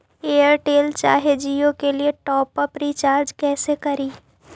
Airtel चाहे जियो के लिए टॉप अप रिचार्ज़ कैसे करी?